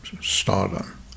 stardom